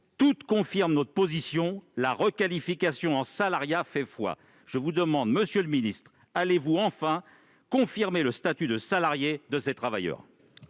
Toutes confirment notre position : la requalification en salariat fait foi. Je vous le demande donc, monsieur le secrétaire d'État : allez-vous enfin confirmer le statut de salariés de ces travailleurs ?